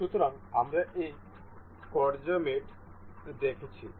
সুতরাং আমরা এই কব্জা মেট দেখেছি